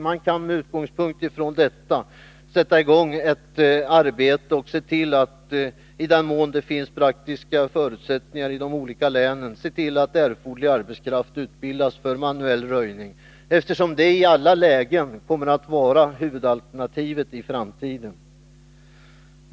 Man kan med utgångspunkt i detta sätta i gång arbetet och, i den mån det finns praktiska förutsättningar för det i de olika länen, se till att erforderlig arbetskraft utbildas för manuell röjning, eftersom en sådan i alla lägen kommer att vara huvudalternativet i framtiden.